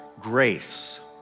grace